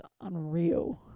unreal